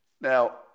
Now